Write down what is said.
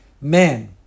man